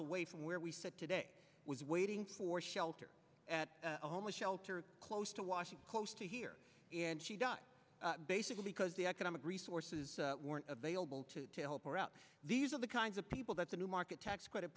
away from where we sit today was waiting for shelter at a homeless shelter close to washington close to here and she died basically because the economic resources weren't available to to help her out these are the kinds of people that the new market tax credit